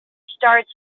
starts